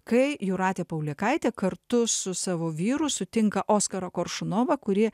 kai jūratė paulėkaitė kartu su savo vyru sutinka oskarą koršunovą kuri